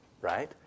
right